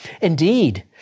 Indeed